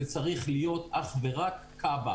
זה צריך להיות אך ורק כב"ה.